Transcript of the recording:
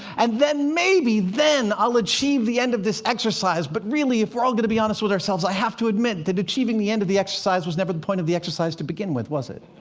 and then, maybe, then i'll achieve the end of this exercise. but really, if we're all going to be honest with ourselves, i have to admit that achieving the end of the exercise was never the point of the exercise to begin with, was it.